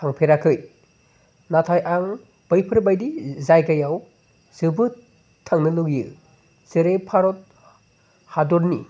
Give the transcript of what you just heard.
थांफेराखै नाथाय आं बैफोर बायदि जायगायाव जोबोद थांनो लुगैयो जेरै भारत हादरनि